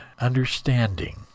Understanding